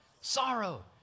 sorrow